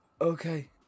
okay